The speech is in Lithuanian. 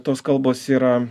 tos kalbos yra